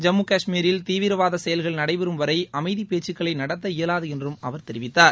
ஜம்மு கஷ்மீல் தீவிரவாத செயல்கள் நடைபெறும் வரை அமைதிப் பேச்சுக்களை நடத்த இயலாது என்றும் அவர் தெரிவித்தார்